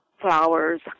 flowers